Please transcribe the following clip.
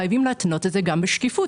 חייבים להתנות את זה גם בשקיפות,